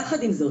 יחד עם זאת,